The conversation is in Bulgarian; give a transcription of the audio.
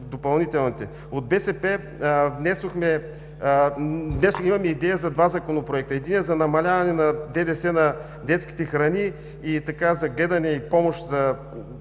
днес – имаме идея за два законопроекта: единият за намаляване на ДДС-то на детските храни, за гледане и помощ